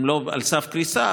הם לא על סף קריסה,